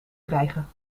krijgen